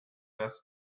best